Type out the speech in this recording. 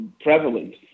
prevalent